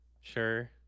sure